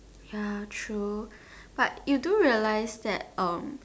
ya true but you do realise that um